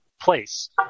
place